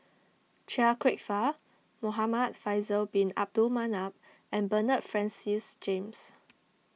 Chia Kwek Fah Muhamad Faisal Bin Abdul Manap and Bernard Francis James